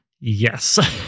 Yes